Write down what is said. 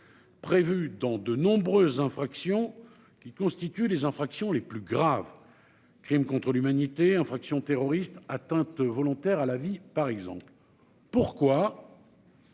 Prévue dans de nombreuses infractions qui constituent les infractions les plus graves. Crimes contre l'humanité infractions terroristes atteinte volontaire à la vie par exemple. Pourquoi.